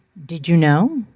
did you know?